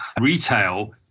retail